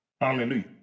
Hallelujah